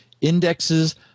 indexes